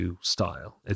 style